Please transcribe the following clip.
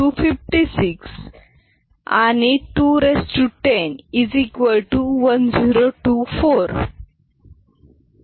28 256 आणि 210 1024